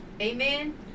Amen